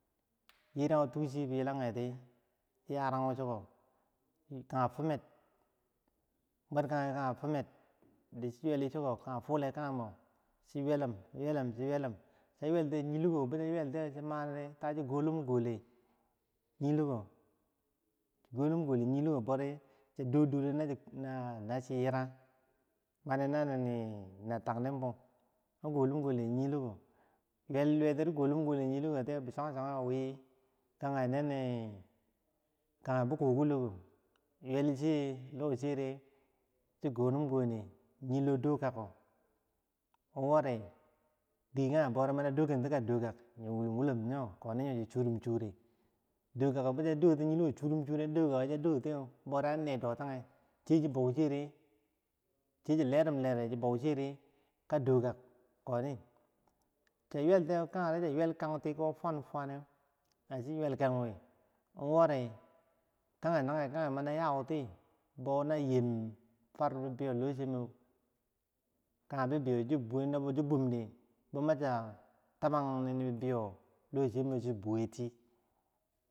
yeregu tukchi biyilanti kanye fumer, buwel kanyi kanye fumek, chi yulwelum, yuwelum, chi yuwel7ti7ye manidi tachi gonin gone, nyilogo, bodi chiya dodo nacho yiraken, mani na taninbo an gonim gone nyilogo, bisuwan suwangi kanye bichogilok, yuwel lo chidi gonim gone nyiloko, wori diki kanye bodi mani a dokenti ka dokak, chi churum chure a dotiye an ne dotanye, chiwu mani a nechi dotanyeti, chiwu chi lerm lere, chiya yuwel tiye kangedi chiya yul kangtiyee ko fuwan fuwam wori, kanye nanye kanye mani ayauti na yem far bibiye lochiye kanye bi biyo chi bowe machiya tabanti